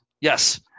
Yes